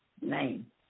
name